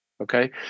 Okay